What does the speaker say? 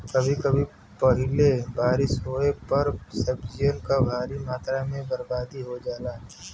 कभी कभी पहिले बारिस होये पर सब्जियन क भारी मात्रा में बरबादी हो जाला